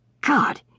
god